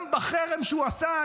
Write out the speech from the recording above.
גם בחרם שהוא עשה,